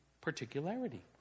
particularity